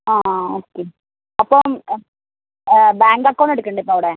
ആ ആ ഓക്കെ അപ്പം ബാങ്ക് അക്കൗണ്ട് എടുക്കേണ്ടേ ഇപ്പോൾ അവിടെ